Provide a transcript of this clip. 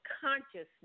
consciousness